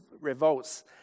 revolts